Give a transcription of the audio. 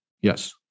Yes